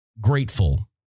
grateful